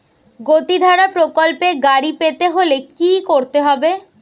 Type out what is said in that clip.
গতিধারা প্রকল্পে গাড়ি পেতে হলে কি করতে হবে?